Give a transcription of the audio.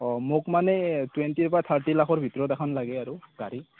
অ মোক মানে টুৱেণ্টিৰ পৰা থাৰ্টি লাখৰ ভিতৰত এখন লাগে আৰু গাড়ী